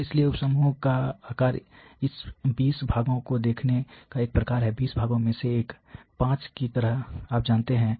तो इसलिए उप समूह का आकार इस 20 भागों को देखने का एक प्रकार है 20 भागों में एक 5 की तरह आप जानते है